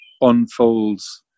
unfolds